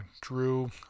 drew